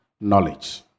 knowledge